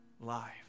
life